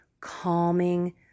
calming